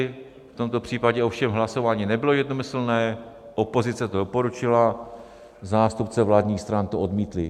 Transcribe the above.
V tomto případě ovšem hlasování nebylo jednomyslné opozice to doporučila, zástupci vládních stran to odmítli.